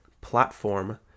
platform